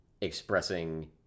expressing